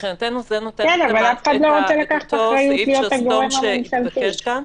מבחינתנו זה נותן את אותו סעיף שסתום שהתבקש כאן.